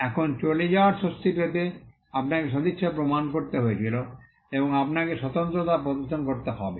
এখন চলে যাওয়ার স্বস্তি পেতে আপনাকে সদিচ্ছা প্রমাণ করতে হয়েছিল এবং আপনাকে স্বতন্ত্রতা প্রদর্শন করতে হবে